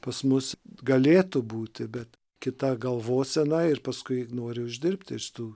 pas mus galėtų būti bet kita galvosena ir paskui nori uždirbti iš tų